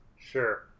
Sure